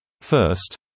First